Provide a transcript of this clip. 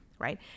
Right